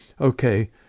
okay